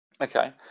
Okay